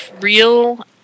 real